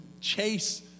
chase